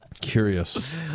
curious